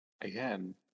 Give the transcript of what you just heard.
again